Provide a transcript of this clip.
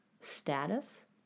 status